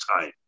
time